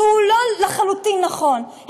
שזה לא לחלוטין נכון,